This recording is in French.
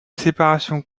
séparation